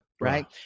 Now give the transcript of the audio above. Right